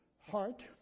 heart